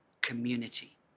community